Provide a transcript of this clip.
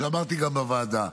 כמו שאמרתי, גם בוועדה,